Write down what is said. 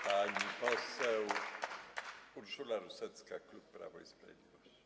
Pani poseł Urszula Rusecka, klub Prawo i Sprawiedliwość.